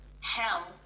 hell